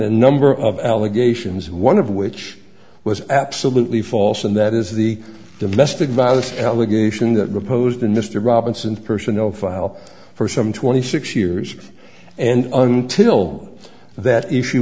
a number of allegations one of which was absolutely false and that is the domestic violence allegation that proposed in mr robinson personnel file for some twenty six years and until that issue